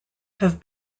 have